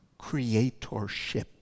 creatorship